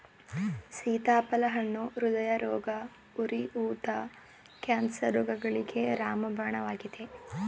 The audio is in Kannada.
ಸೀತಾಫಲ ಹಣ್ಣು ಹೃದಯರೋಗ, ಉರಿ ಊತ, ಕ್ಯಾನ್ಸರ್ ರೋಗಗಳಿಗೆ ರಾಮಬಾಣವಾಗಿದೆ